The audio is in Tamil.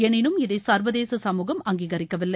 எனினும் இதை சர்வதேச சமூகம் அங்கீகரிக்கவில்லை